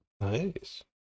Nice